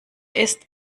ist